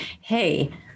hey